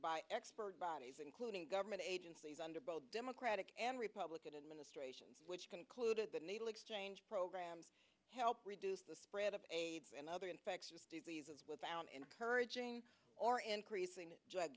by expert bodies including government agencies under both democratic and republican administrations which concluded the needle exchange program helped reduce the spread of aids and other infectious diseases without encouraging or increasing drug